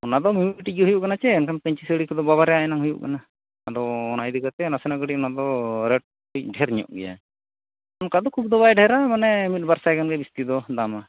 ᱚᱱᱟ ᱫᱚ ᱢᱤᱢᱤᱫ ᱢᱤᱴᱤᱡ ᱜᱮ ᱦᱩᱭᱩᱜ ᱠᱟᱱᱟ ᱪᱮ ᱮᱱᱠᱷᱟᱱ ᱯᱟᱹᱧᱪᱤ ᱥᱟᱹᱲᱤ ᱠᱚᱫᱚ ᱵᱟᱵᱟᱨᱮᱭᱟᱱᱟ ᱦᱩᱭᱩᱜ ᱠᱟᱱᱟ ᱟᱫᱚ ᱚᱱᱟ ᱤᱫᱤ ᱠᱟᱛᱮᱫ ᱱᱟᱥᱮᱱᱟᱜ ᱠᱟᱹᱴᱤᱡ ᱚᱱᱟ ᱫᱚ ᱨᱮᱹᱴ ᱠᱟᱹᱴᱤᱡ ᱰᱷᱮᱹᱨ ᱧᱚᱜ ᱜᱮᱭᱟ ᱚᱱᱠᱟ ᱫᱚ ᱠᱷᱩᱵᱽ ᱫᱚ ᱵᱟᱭ ᱰᱷᱮᱹᱨᱟ ᱢᱟᱱᱮ ᱢᱤᱫ ᱵᱟᱨ ᱥᱟᱭ ᱜᱟᱱᱜᱮ ᱡᱟᱹᱥᱛᱤ ᱫᱚ ᱫᱟᱢᱟ